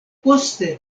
poste